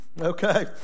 okay